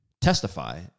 testify